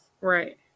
Right